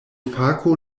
fako